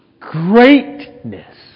Greatness